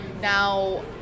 Now